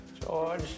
George